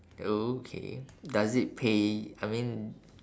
okay does it pay I mean